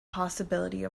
possibility